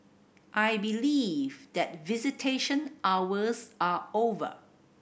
I believe that visitation hours are over